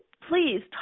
please